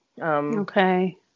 Okay